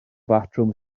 batrwm